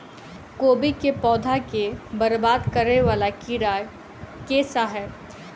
कोबी केँ पौधा केँ बरबाद करे वला कीड़ा केँ सा है?